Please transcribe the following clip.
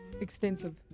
extensive